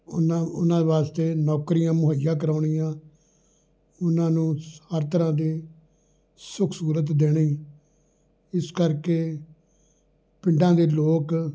ਉਹਨਾਂ ਉਹਨਾਂ ਵਾਸਤੇ ਨੌਕਰੀਆਂ ਮੁਹੱਈਆ ਕਰਵਾਉਣੀਆਂ ਉਹਨਾਂ ਨੂੰ ਹਰ ਤਰ੍ਹਾਂ ਦੀ ਸੁੱਖ ਸਹੂਲਤ ਦੇਣੀ ਇਸ ਕਰਕੇ ਪਿੰਡਾਂ ਦੇ ਲੋਕ